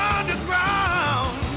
Underground